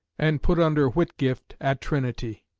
and put under whitgift at trinity.